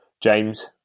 James